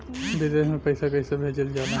विदेश में पैसा कैसे भेजल जाला?